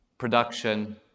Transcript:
production